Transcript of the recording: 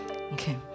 Okay